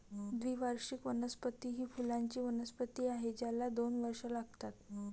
द्विवार्षिक वनस्पती ही फुलांची वनस्पती आहे ज्याला दोन वर्षे लागतात